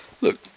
Look